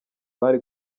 bari